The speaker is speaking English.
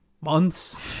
months